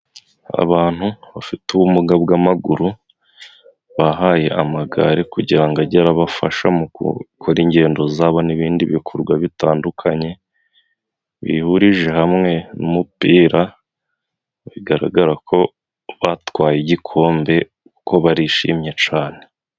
Abantu bafite ubumuga bw'amaguru bahaye amagare kugira ngo ajye arabafasha mu gukora ingendo zabo n'ibindi bikorwa bitandukanye, bihurije hamwe mu mupira bigaragara ko batwaye igikombe kuko barishimye cane.